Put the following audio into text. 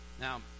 Now